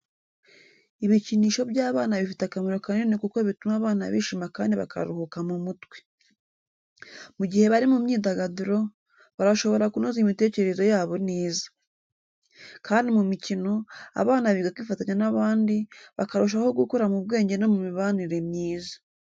Ibikinisho by'abana bifite akamaro kanini kuko bituma abana bishima kandi bakaruhuka mu mutwe. Mu gihe bari mu myidagaduro, barashobora kunoza imitekerereze yabo neza. Kandi mu mikino, abana biga kwifatanya n’abandi, bakarushaho gukura mu bwenge no mu mibanire myiza.